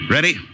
Ready